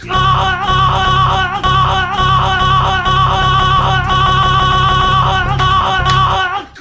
ah